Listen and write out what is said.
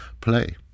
play